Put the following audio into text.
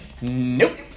Nope